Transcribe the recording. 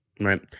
right